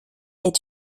est